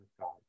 God